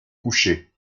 couché